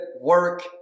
work